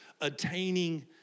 attaining